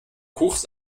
kuchs